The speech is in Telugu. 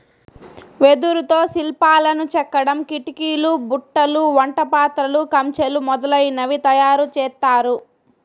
వెదురుతో శిల్పాలను చెక్కడం, కిటికీలు, బుట్టలు, వంట పాత్రలు, కంచెలు మొదలనవి తయారు చేత్తారు